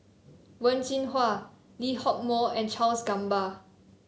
Wen Jinhua Lee Hock Moh and Charles Gamba